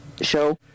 show